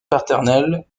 paternels